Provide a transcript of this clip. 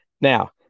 Now